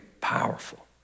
powerful